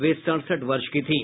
वे सड़सठ वर्ष की थीं